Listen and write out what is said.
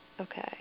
Okay